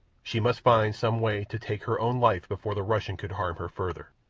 she must find some way to take her own life before the russian could harm her further.